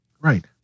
Right